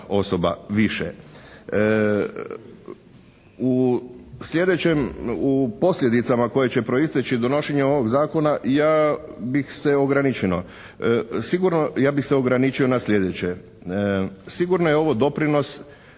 U sljedećem, u posljedicama koje će proisteći donošenjem ovog zakona ja bih se ograničio na sljedeće. Sigurno je ovo doprinos